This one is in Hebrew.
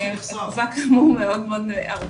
התגובה כאן היא מאוד ארוכה,